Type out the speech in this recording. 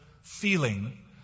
feeling